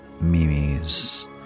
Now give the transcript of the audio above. Mimi's